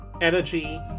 energy